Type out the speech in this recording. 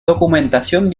documentación